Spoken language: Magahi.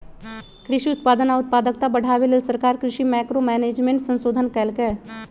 कृषि उत्पादन आ उत्पादकता बढ़ाबे लेल सरकार कृषि मैंक्रो मैनेजमेंट संशोधन कएलक